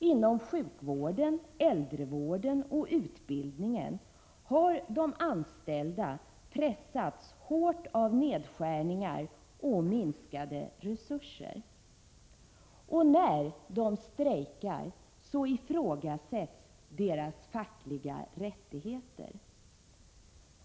Inom sjukvården, äldrevården och utbildningen har de anställda pressats hårt av nedskärningar och minskade resurser. Och när de strejkar ifrågasätts deras fackliga rättigheter.